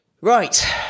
Right